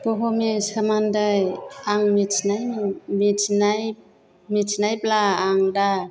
बुहुमनि सोमोन्दै आं मिथिनाय मिथिनाय मिथिनायब्ला आं दा